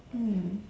mm